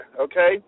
okay